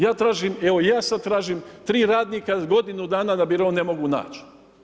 Ja tražim, evo ja sada tražim tri radnika godinu dana na birou ne mogu naći.